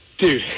Dude